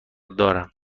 دارم